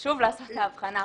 חשוב לעשות את ההבחנה.